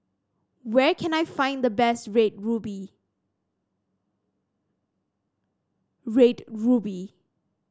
where can I find the best Red Ruby Red Ruby